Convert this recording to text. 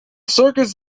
circus